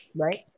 Right